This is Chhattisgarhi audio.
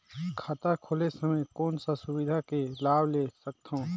खाता खोले समय कौन का सुविधा के लाभ ले सकथव?